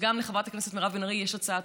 וגם לחברת הכנסת מירב בן ארי יש הצעת